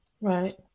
Right